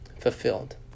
fulfilled